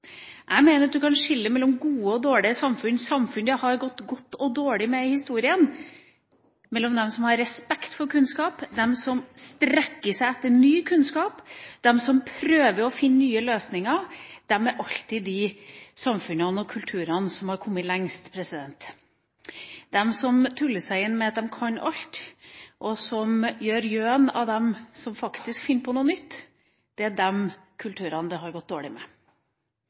Jeg mener at man kan skille mellom gode og dårlige samfunn – samfunn det har gått godt med, og samfunn det har gått dårlig med i historien. De som har respekt for kunnskap, de som strekker seg etter ny kunnskap og prøver å finne nye løsninger, er alltid de samfunnene og kulturene som har kommet lengst. De som tuller seg inn med at de kan alt, og som driver gjøn med dem som faktisk finner på noe nytt, er de kulturene det har gått dårlig med.